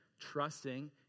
trusting